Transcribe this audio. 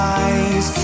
eyes